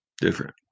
Different